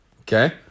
okay